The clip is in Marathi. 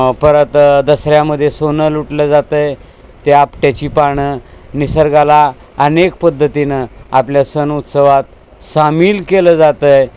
परत दसऱ्यामध्ये सोनं लुटलं जातं आहे त्या आपट्याची पानं निसर्गाला अनेक पद्धतीनं आपल्या सण उत्सवात सामील केलं जातं